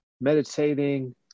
meditating